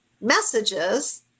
messages